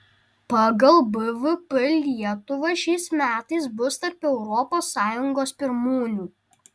pagal bvp lietuva šiais metais bus tarp europos sąjungos pirmūnių